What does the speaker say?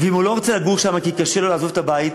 ואם הוא לא רוצה לגור שם כי קשה לו לעזוב את הבית,